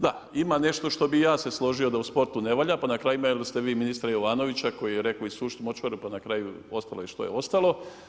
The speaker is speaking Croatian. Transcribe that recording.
Da, ima nešto što bih i ja se složio da u sportu ne valja, pa na kraju imali ste ministra Jovanovića koji je rekao isušit močvaru, pa na kraju ostalo je što je ostalo.